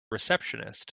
receptionist